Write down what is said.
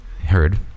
heard